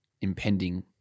impending